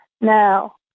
Now